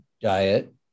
diet